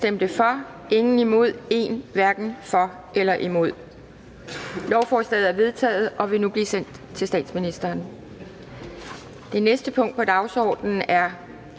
stemte 11 (DF og NB), hverken for eller imod stemte 0. Lovforslaget er vedtaget og vil nu blive sendt til statsministeren. --- Det næste punkt på dagsordenen er: